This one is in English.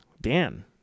Dan